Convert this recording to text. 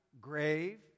grave